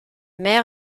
mer